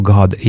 God